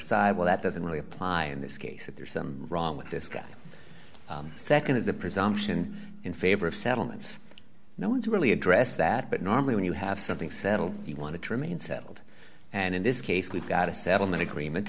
side well that doesn't really apply in this case that there's some wrong with this guy second is a presumption in favor of settlements no one's really addressed that but normally when you have something settled you want to trim and settled and in this case we've got a settlement agreement